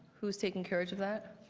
who is taking carriage of that?